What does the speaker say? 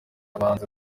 abahinzi